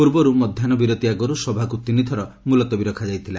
ପୂର୍ବରୁ ମଧ୍ୟାହୁ ବିରତି ଆଗରୁ ସଭାକୁ ତିନିଥର ମୁଲତବୀ ରଖାଯାଇଥିଲା